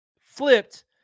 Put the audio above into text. flipped